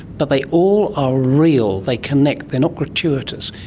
but they all are real, they connect, they're not gratuitous.